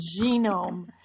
genome